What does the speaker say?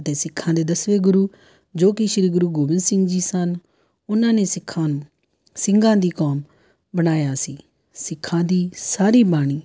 ਅਤੇ ਸਿੱਖਾਂ ਦੇ ਦਸਵੇਂ ਗੁਰੂ ਜੋ ਕਿ ਸ਼੍ਰੀ ਗੁਰੂ ਗੋਬਿੰਦ ਸਿੰਘ ਜੀ ਸਨ ਉਹਨਾਂ ਨੇ ਸਿੱਖਾਂ ਨੂੰ ਸਿੰਘਾਂ ਦੀ ਕੌਮ ਬਣਾਇਆ ਸੀ ਸਿੱਖਾਂ ਦੀ ਸਾਰੀ ਬਾਣੀ